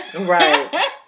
right